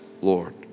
lord